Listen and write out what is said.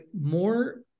more